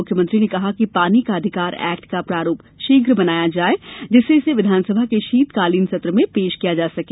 मुख्यमंत्री ने कहा कि पानी का अधिकार एक्ट का प्रारूप शीघ्र बनाया जाए जिससे इसे विधानसभा के शीतकालीन सत्र में पेश किया जा सके